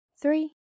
Three